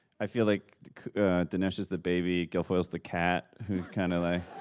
i feel like dinesh is the baby, gilfoyle's the cat who kind of like